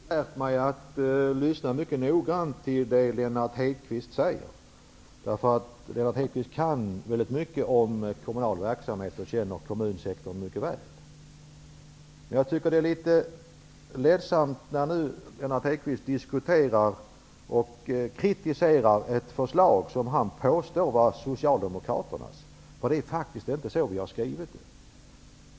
Herr talman! Jag har lärt mig att lyssna mycket noggrant till det Lennart Hedquist säger. Han kan väldigt mycket om kommunal verksamhet och känner kommunsektorn mycket väl. Jag tycker att det är litet ledsamt att Lennart Hedquist nu diskuterar och kritiserar ett förslag som han påstår är Socialdemokraternas. Det är faktiskt inte så vi har skrivit det.